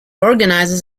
organizes